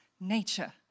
nature